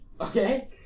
Okay